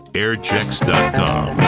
airchecks.com